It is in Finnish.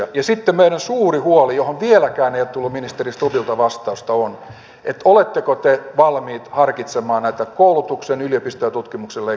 sitten meidän suuri huolemme johon vieläkään ei ole tullut ministeri stubbilta vastausta on oletteko te valmiit harkitsemaan näitä koulutuksen yliopistojen ja tutkimuksen leikkauksia uudelleen